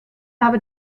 habe